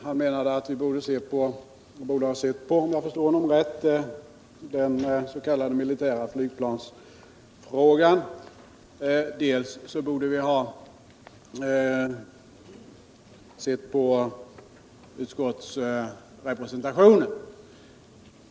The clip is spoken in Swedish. Han menade att vi borde ha sett på — om jag förstår honom rätt — dels den s.k. militära flygplansfrågan, dels utskottsrepresentationen.